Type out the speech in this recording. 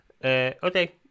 Okay